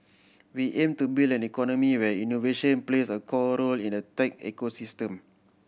we aim to build an economy where innovation plays a core role in the tech ecosystem